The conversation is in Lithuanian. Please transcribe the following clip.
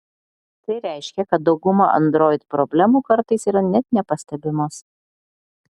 tai reiškia kad dauguma android problemų kartais yra net nepastebimos